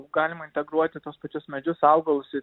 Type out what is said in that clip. galima integruoti tuos pačius medžius augalus į